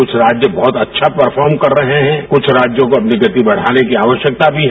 क्छ राज्य बहत अच्छा परफॉर्म कर रहे हैं कुछ राज्यों को अपनी गति बढ़ाने की आवश्यकता भी है